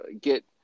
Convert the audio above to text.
get